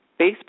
Facebook